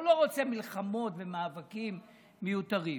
הוא לא רוצה מלחמות ומאבקים מיותרים.